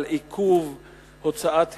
על עיכוב הוצאת היתרים,